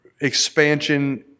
expansion